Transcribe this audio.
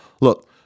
Look